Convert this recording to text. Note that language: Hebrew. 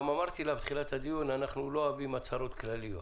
לא רק זה אמרתי לך בתחילת הדיון שאנחנו לא אוהבים הצהרות כלליות.